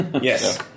Yes